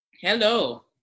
hello